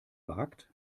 wagt